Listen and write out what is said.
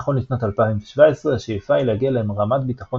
נכון לשנת 2017 השאיפה היא להגיע לרמת ביטחון